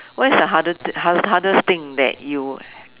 what is the harder~ ha~ hardest thing that you